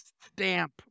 stamp